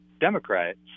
Democrats